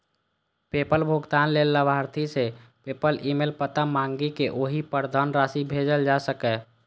PayPal भुगतान लेल लाभार्थी सं पेपल ईमेल पता मांगि कें ओहि पर धनराशि भेजल जा सकैए